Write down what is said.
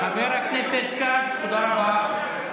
חבר הכנסת כץ, תודה רבה.